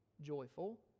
joyful